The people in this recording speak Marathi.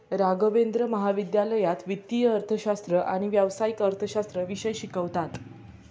राघवेंद्र महाविद्यालयात वित्तीय अर्थशास्त्र आणि व्यावसायिक अर्थशास्त्र विषय शिकवतात